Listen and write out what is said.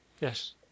yes